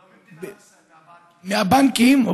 לא ממדינת ישראל, מהבנקים.